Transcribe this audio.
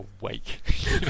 wake